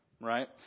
right